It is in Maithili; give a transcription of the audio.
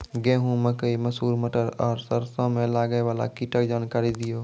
गेहूँ, मकई, मसूर, मटर आर सरसों मे लागै वाला कीटक जानकरी दियो?